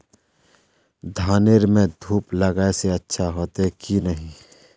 धानेर में धूप लगाए से अच्छा होते की नहीं?